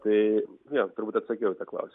tai jo turbūt atsakiau į tą klausimą